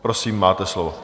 Prosím, máte slovo.